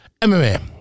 MMA